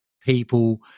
people